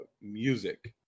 music